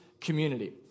community